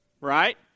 right